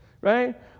Right